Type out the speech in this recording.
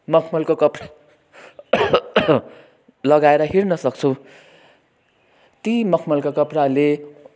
मखमलको कपडा लगाएर हिँडन सक्छौँ ती मखमलका कपडाहरूले